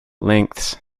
lengths